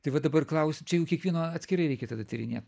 tai va dabar klausi kiekvieno atskirai reikia tada tyrinėt